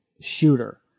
shooter